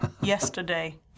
Yesterday